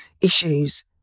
issues